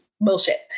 Bullshit